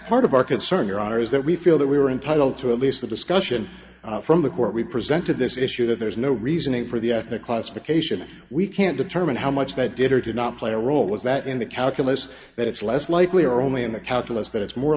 part of our concern your honor is that we feel that we were entitled to at least the discussion from the court we presented this issue that there's no reasoning for the ethnic classification we can't determine how much they did or did not play a role is that in the calculus that it's less likely or only in the calculus that it's more